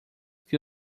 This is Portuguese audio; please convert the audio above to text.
que